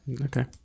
okay